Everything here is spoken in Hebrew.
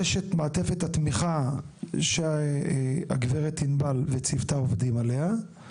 יש את מעטפת התמיכה שהגברת ענבל וצוותה עובדים עליה,